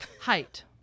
Height